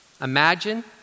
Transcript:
imagine